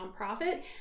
nonprofit